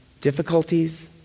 Difficulties